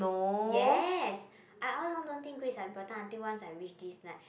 yes I all along don't think grades are important until once I reached this like